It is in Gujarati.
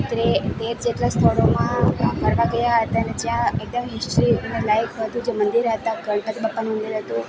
તેર જેટલા સ્થળોમાં ત્યાં ફરવા ગયા હતા ને જ્યાં એકદમ હિસ્ટ્રી અને લાઈવ હતું જે મંદિર હતા ગણપતિ બાપ્પાનું મંદિર હતું